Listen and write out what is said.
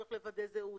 הצורך לוודא זהות,